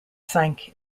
sank